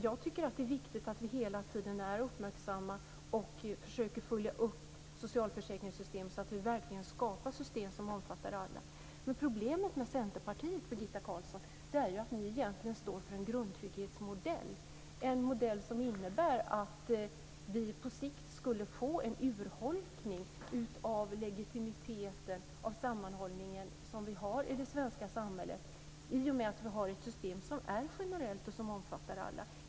Jag tycker att det är viktigt att vi hela tiden är uppmärksamma och försöker följa upp socialförsäkringssystemen så att vi verkligen skapar system som omfattar alla. Problemet med Centerpartiet, Birgitta Carlsson, är ju att ni egentligen står för en grundtrygghetsmodell, en modell som innebär att vi på sikt skulle få en urholkning av legitimiteten, av sammanhållningen, som vi har i det svenska samhället i och med att vi har ett system som är generellt och omfattar alla.